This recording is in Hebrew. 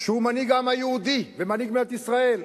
שהוא מנהיג העם היהודי ומנהיג מדינת ישראל,